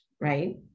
right